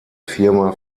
firma